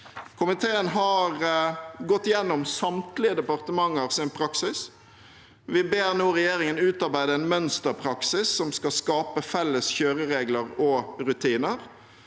Komiteen har gått gjennom samtlige departementers praksis. Vi ber nå regjeringen utarbeide en mønsterpraksis som skal skape felles kjøreregler og rutiner.